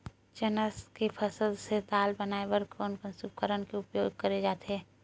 चना के फसल से दाल बनाये बर कोन से उपकरण के उपयोग करे जाथे?